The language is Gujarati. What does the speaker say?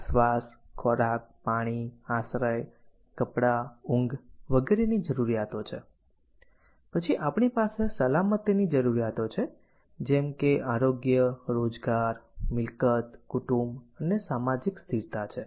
આ શ્વાસ ખોરાક પાણી આશ્રય કપડાં ઊંઘ વગેરેની જરૂરિયાતો છે પછી આપણી પાસે સલામતીની જરૂરિયાતો છે જેમ કે આરોગ્ય રોજગાર મિલકત કુટુંબ અને સામાજિક સ્થિરતા છે